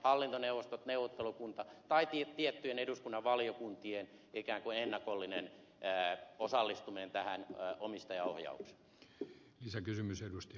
hallintoneuvostot neuvottelukunta tai tiettyjen eduskunnan valiokuntien ikään kuin ennakollinen jää osallistuneen päähän omistajaohjaus se osallistuminen omistajaohjaukseen